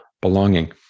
Belonging